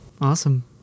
Awesome